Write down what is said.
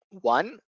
one